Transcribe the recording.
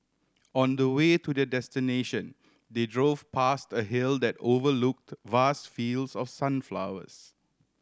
on the way to their destination they drove past a hill that overlooked vast fields of sunflowers